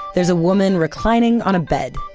there's a woman reclining on a bed.